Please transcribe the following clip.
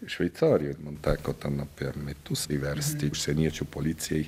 šveicarijojeman teko ten apie metus versti užsieniečių policijai